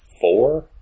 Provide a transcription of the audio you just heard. four